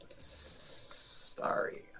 Sorry